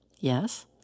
Yes